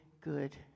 good